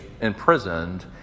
imprisoned